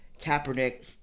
Kaepernick